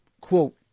quote